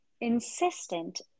insistent